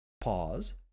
pause